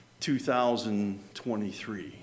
2023